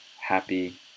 happy